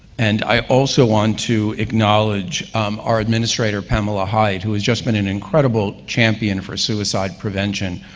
and i also want to acknowledge our administrator, pamela hyde, who has just been an incredible champion for suicide prevention,